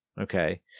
Okay